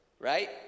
Right